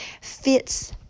fits